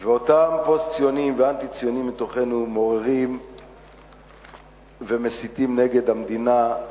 ואותם פוסט-ציונים ואנטי-ציונים מתוכנו מעוררים ומסיתים נגד המדינה,